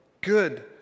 good